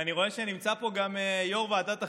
אני רואה שנמצא פה גם יו"ר ועדת החינוך,